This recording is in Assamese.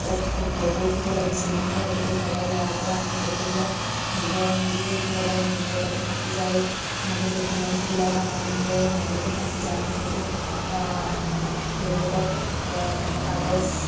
ফটো উঠিব লাগিছিল কিন্তু আজিকালি মোবাইল হোৱাৰ পৰা আমি ফটোবিলাক নিজৰ নিজেই উঠিব পাৰোঁ নিজৰ তাতে থাকি যায় তেনেকৈ ডকুমেণ্টছবিলাক আমাৰ নিজৰ হাততে থাকি যায় আমি ক'তো বেলেগত মানে কাগজ